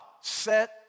set